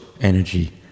energy